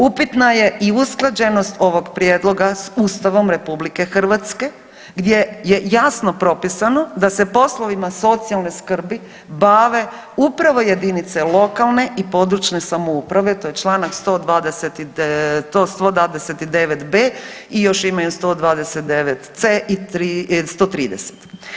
Upitna je i usklađenost ovog prijedloga s Ustavom RH gdje je jasno propisano da se poslovima socijalne skrbi bave upravo jedinice lokalne i područne samouprave, to je čl. 129.b. i još imaju 129.c. i 130.